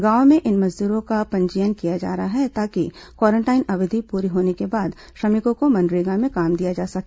गांवों में इन मजदूरों का पंजीयन किया जा रहा है ताकि क्वारेंटाइन अवधि पूरी होने के बाद श्रमिकों को मनरेगा में काम दिया जा सके